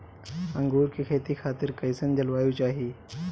अंगूर के खेती खातिर कइसन जलवायु चाही?